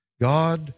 God